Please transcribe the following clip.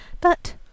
But